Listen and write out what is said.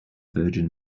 virgin